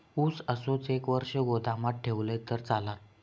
ऊस असोच एक वर्ष गोदामात ठेवलंय तर चालात?